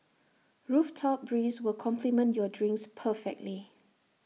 rooftop breeze will complement your drinks perfectly